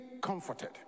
comforted